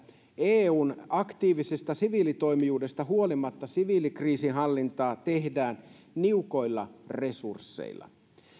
eun aktiivisesta siviilitoimijuudesta huolimatta siviilikriisinhallintaa tehdään niukoilla resursseilla